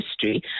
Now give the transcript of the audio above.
history